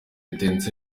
etincelles